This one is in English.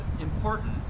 important